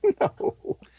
No